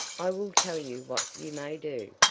i will tell you what you may do.